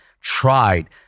tried